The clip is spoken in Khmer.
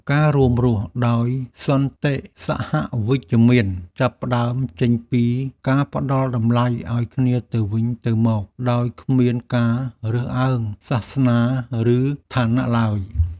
ការរួមរស់ដោយសន្តិសហវិជ្ជមានចាប់ផ្តើមចេញពីការផ្តល់តម្លៃឱ្យគ្នាទៅវិញទៅមកដោយគ្មានការរើសអើងសាសនាឬឋានៈឡើយ។